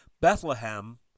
Bethlehem